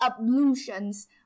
ablutions